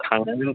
थांनांगोन